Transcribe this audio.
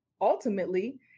ultimately